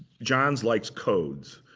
johns likes codes.